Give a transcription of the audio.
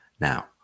now